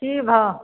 कि भाव